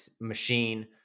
machine